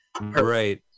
Right